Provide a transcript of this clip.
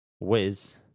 Wiz